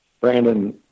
Brandon